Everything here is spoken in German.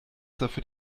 dafür